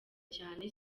cyane